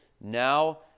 now